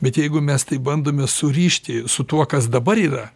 bet jeigu mes tai bandome surišti su tuo kas dabar yra